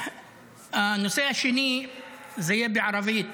הנושא השני יהיה בערבית,